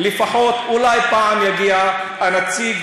ולפחות אולי פעם יגיע הנציג,